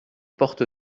porte